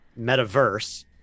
Metaverse